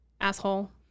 asshole